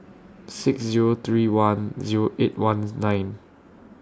six Zero three one Zero eight one nine